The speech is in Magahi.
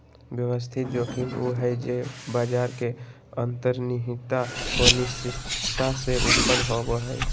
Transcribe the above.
व्यवस्थित जोखिम उ हइ जे बाजार के अंतर्निहित अनिश्चितता से उत्पन्न होवो हइ